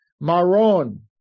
Maron